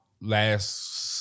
last